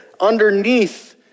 underneath